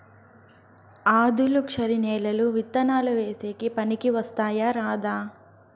ఆధులుక్షరి నేలలు విత్తనాలు వేసేకి పనికి వస్తాయా రాదా?